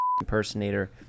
impersonator